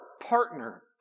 partner